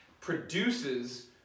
produces